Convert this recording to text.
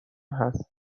هست